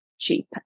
cheap